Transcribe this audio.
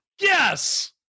Yes